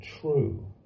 true